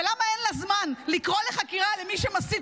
ולמה אין לה זמן לקרוא לחקירה למי שמסית